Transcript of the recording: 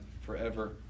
forever